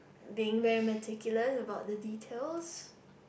being very meticulous about the details